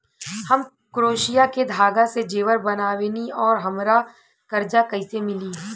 हम क्रोशिया के धागा से जेवर बनावेनी और हमरा कर्जा कइसे मिली?